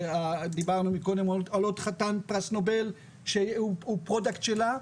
ודיברתי קודם על כל חתן פרס נובל שהוא פרודקט שלה,